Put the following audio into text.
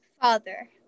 Father